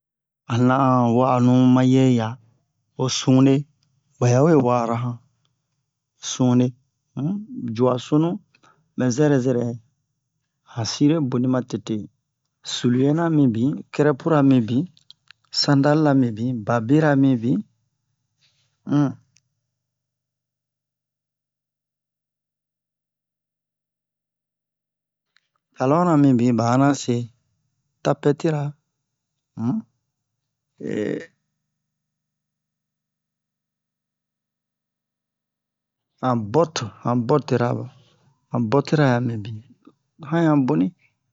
Han nan'an wa'anu mayɛya ho sunle ɓa ya we wa'ara han sunle um juwa sunnu mɛ zɛrɛ yɛ han sire bonu matete suliye-na mibin kɛrɛpu-ra mibin sandale-la mibin babi-ra mibin um talon-na mibin ɓa hanna se tapɛtira um han bɔte han bɔtera han bɔtera ɲan mibin han ɲan boni